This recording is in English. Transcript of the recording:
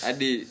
Adi